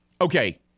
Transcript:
okay